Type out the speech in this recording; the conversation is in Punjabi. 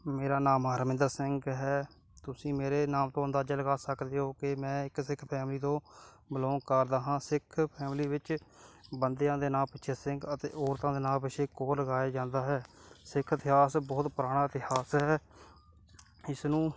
ਮੇਰਾ ਨਾਮ ਹਰਮਿੰਦਰ ਸਿੰਘ ਹੈ ਤੁਸੀਂ ਮੇਰੇ ਨਾਮ ਤੋਂ ਅੰਦਾਜਾ ਲਗਾ ਸਕਦੇ ਹੋ ਕਿ ਮੈਂ ਇੱਕ ਸਿੱਖ ਫੈਮਿਲੀ ਤੋਂ ਬਿਲੋਂਗ ਕਰਦਾ ਹਾਂ ਸਿੱਖ ਫੈਮਿਲੀ ਵਿੱਚ ਬੰਦਿਆਂ ਦੇ ਨਾਂ ਪਿੱਛੇ ਸਿੰਘ ਅਤੇ ਔਰਤਾਂ ਦੇ ਨਾਲ ਪਿੱਛੇ ਕੌਰ ਲਗਾਇਆ ਜਾਂਦਾ ਹੈ ਸਿੱਖ ਇਤਿਹਾਸ ਬਹੁਤ ਪੁਰਾਣਾ ਇਤਿਹਾਸ ਹੈ ਇਸ ਨੂੰ